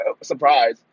Surprise